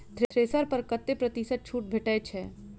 Thresher पर कतै प्रतिशत छूट भेटय छै?